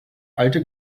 alte